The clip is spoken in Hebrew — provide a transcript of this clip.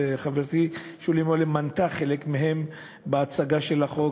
וחברתי שולי מועלם מנתה חלק מהן בהצגה של החוק,